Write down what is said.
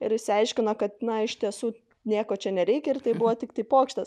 ir išsiaiškino kad na iš tiesų nieko čia nereikia ir tai buvo tiktai pokštas